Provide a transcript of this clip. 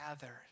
gather